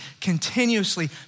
continuously